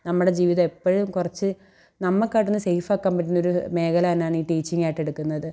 നമ്മുടെ ജീവിതം ഇപ്പോഴും കുറച്ച് നമുക്കയിട്ട് തന്നെ സേഫ് ആക്കാൻ പറ്റുന്നൊരു മേഖല തന്നെയാണ് ഈ ടീച്ചിങ്ങായിട്ട് എടുക്കുന്നത്